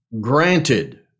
granted